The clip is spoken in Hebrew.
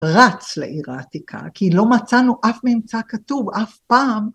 רץ לעיר העתיקה כי לא מצאנו אף ממצא כתוב אף פעם